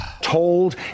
Told